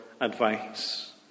advice